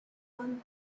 one